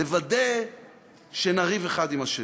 לוודא שנריב אחד עם השני.